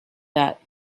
that